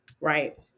right